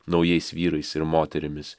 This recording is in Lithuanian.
naujais vyrais ir moterimis